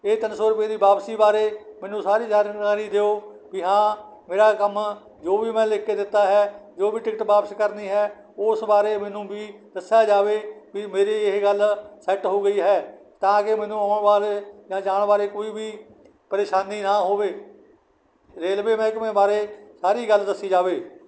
ਇਹ ਤਿੰਨ ਸੌ ਰੁਪਏ ਦੀ ਵਾਪਸੀ ਬਾਰੇ ਮੈਨੂੰ ਸਾਰੀ ਜਾਣਕਾਰੀ ਦਿਓ ਵੀ ਹਾਂ ਮੇਰਾ ਕੰਮ ਜੋ ਵੀ ਮੈਂ ਲਿਖ ਕੇ ਦਿੱਤਾ ਹੈ ਜੋ ਵੀ ਟਿਕਟ ਵਾਪਸ ਕਰਨੀ ਹੈ ਉਸ ਬਾਰੇ ਮੈਨੂੰ ਵੀ ਦੱਸਿਆ ਜਾਵੇ ਵੀ ਮੇਰੀ ਇਹ ਗੱਲ ਸੈੱਟ ਹੋ ਗਈ ਹੈ ਤਾਂ ਕਿ ਮੈਨੂੰ ਆਉਣ ਬਾਰੇ ਜਾਂ ਜਾਣ ਬਾਰੇ ਕੋਈ ਵੀ ਪਰੇਸ਼ਾਨੀ ਨਾ ਹੋਵੇ ਰੇਲਵੇ ਮਹਿਕਮੇ ਬਾਰੇ ਸਾਰੀ ਗੱਲ ਦੱਸੀ ਜਾਵੇ